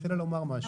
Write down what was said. סליחה.